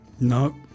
No